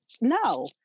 No